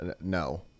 no